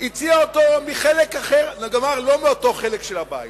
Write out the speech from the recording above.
הציע אותו מחלק אחר, לא מאותו חלק של הבית,